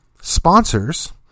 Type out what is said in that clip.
sponsors